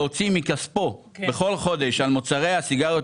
להוציא מכספו בכל חודש על מוצרי הסיגריות